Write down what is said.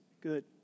Good